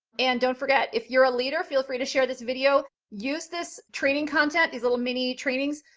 and don't forget, if you're a leader, feel free to share this video. use this training content, these little mini trainings,